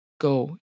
go